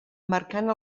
marcant